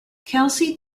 kelsey